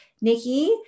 Nikki